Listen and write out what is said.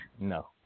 No